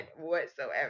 whatsoever